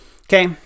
Okay